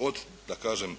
od da kažem